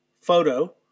photo